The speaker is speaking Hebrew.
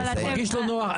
אני מרגיש לא נוח.